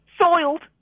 Soiled